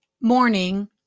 morning